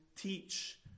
teach